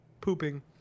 Pooping